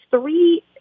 three